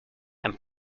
and